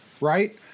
Right